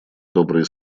добрые